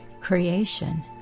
creation